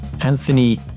Anthony